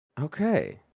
Okay